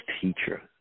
teacher